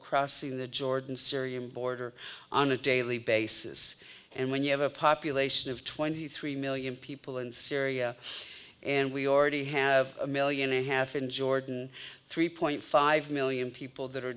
crossing the jordan syrian border on a daily basis and when you have a population of twenty three million people in syria and we already have a million a half in jordan three point five million people that are